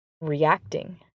reacting